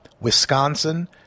Wisconsin